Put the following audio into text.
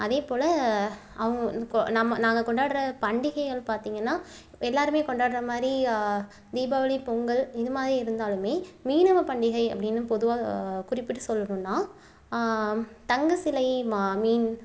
அதே போல அவங்க கொ நம்ம நாங்கள் கொண்டாடுற பண்டிகைகள் பார்த்திங்கனா எல்லாருமே கொண்டாடுற மாரி தீபாவளி பொங்கல் இது மாரி இருந்தாலுமே மீனவப் பண்டிகை அப்படினு பொதுவாக குறிப்பிட்டு சொல்லணுன்னா தங்க சிலை மா மீன்